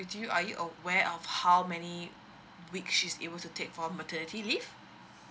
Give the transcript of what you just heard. with you are you aware of how many week she's able to take for maternity leave